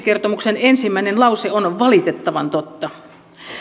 kertomuksen ensimmäinen lause on on valitettavan totta